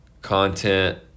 content